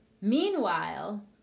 Meanwhile